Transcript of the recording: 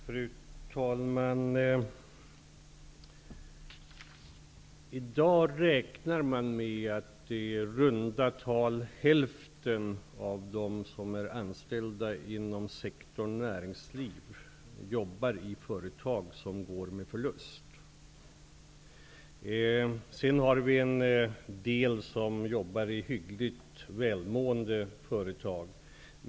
Fru talman! I dag räknar man med att i runda tal hälften av dem som är anställda inom sektorn näringsliv jobbar i företag som går med förlust. Vi har en del som jobbar i hyggligt välmående företag.